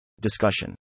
Discussion